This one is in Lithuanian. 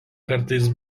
kartais